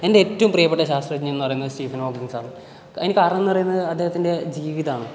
എൻ്റെ ഏറ്റവും പ്രിയപ്പെട്ട ശാസ്ത്രജ്ഞൻ എന്ന് പറയുന്നത് സ്റ്റീഫൻ ഹോക്കിൻസാണ് അതിനു കാരണം എന്ന് പറയുന്നത് അദ്ദേഹത്തിൻ്റെ ജീവിതമാണ്